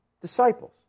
Disciples